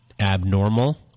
abnormal